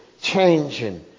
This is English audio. changing